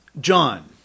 John